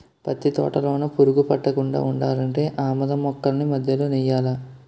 పత్తి తోటలోన పురుగు పట్టకుండా ఉండాలంటే ఆమదం మొక్కల్ని మధ్యలో నెయ్యాలా